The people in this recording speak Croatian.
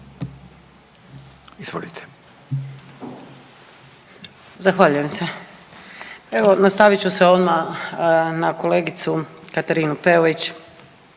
Zahvaljujem se. Evo, nastavit ću se odmah na kolegicu Katarinu Peović